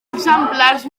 exemplars